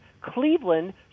Cleveland